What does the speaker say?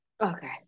Okay